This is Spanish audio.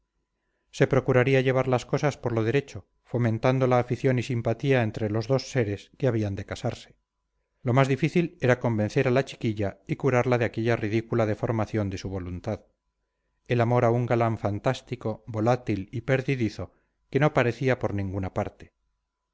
se procuraría llevar las cosas por lo derecho fomentando la afición y simpatía entre los dos seres que habían de casarse lo más difícil era convencer a la chiquilla y curarla de aquella ridícula deformación de su voluntad el amor a un galán fantástico volátil y perdidizo que no parecía por ninguna parte